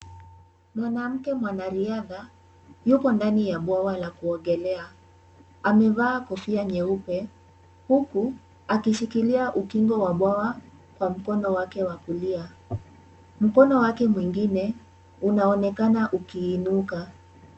Mwanamke mwanariadha yuko ndani ya bwawa la kuogelea. Amevaa kofia nyeupe huku akishikilia ukingo wa bwawa kwa mkono wake wa kulia, mkono wake mwengine unaonekana ukiinuka.